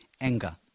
Anger